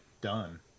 done